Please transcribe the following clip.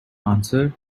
answer